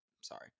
Sorry